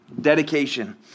Dedication